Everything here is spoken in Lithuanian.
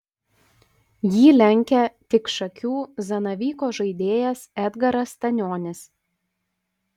jį lenkia tik šakių zanavyko žaidėjas edgaras stanionis